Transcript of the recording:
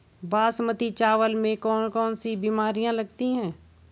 बासमती चावल में कौन कौन सी बीमारियां लगती हैं?